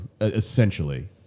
essentially